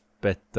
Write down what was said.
better